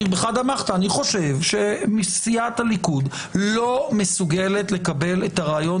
אני חושב שסיעת הליכוד לא מסוגלת לקבל את הרעיון